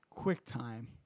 QuickTime